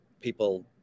people